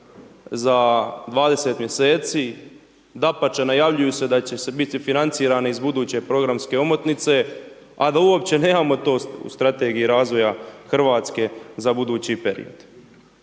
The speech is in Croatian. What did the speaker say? za 20 mjeseci, dapače najavljuju se da će se biti financirane iz buduće programske omotnice, a da uopće nemamo to u Strategiji razvoja Hrvatske za budući period.